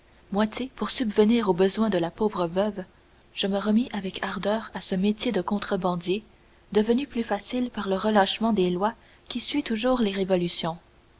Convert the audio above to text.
pour subvenir aux besoins de la pauvre veuve je me remis avec ardeur à ce métier de contrebandier devenu plus facile par le relâchement des lois qui suit toujours les révolutions